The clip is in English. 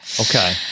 Okay